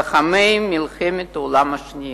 לוחמי מלחמת העולם השנייה.